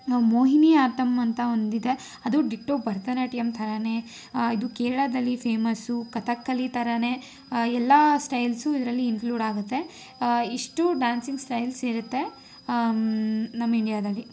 ಮೋಹಿನಿ ಆಟ್ಟಂ ಅಂತ ಒಂದು ಇದೆ ಅದು ಡಿಟ್ಟೋ ಭರತನಾಟ್ಯಮ್ ಥರನೇ ಇದು ಕೇರಳದಲ್ಲಿ ಫೇಮಸ್ಸು ಕಥಕ್ಕಲಿ ಥರಾನೇ ಎಲ್ಲ ಸ್ಟೈಲ್ಸು ಇದರಲ್ಲಿ ಇನ್ಕ್ಲೂಡ್ ಆಗತ್ತೆ ಇಷ್ಟೂ ಡ್ಯಾನ್ಸಿಂಗ್ ಸ್ಟೈಲ್ಸ್ ಇರತ್ತೆ ನಮ್ಮ ಇಂಡ್ಯಾದಲ್ಲಿ